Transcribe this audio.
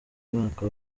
mwaka